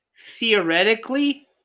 theoretically